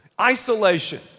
Isolation